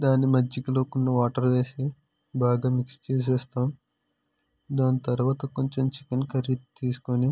దాన్ని మజ్జిగలో కొన్ని వాటర్ వేసి బాగా మిక్స్ చేసేస్తాము దాని తరువాత కొంచెం చికెన్ కర్రీ తీసుకొని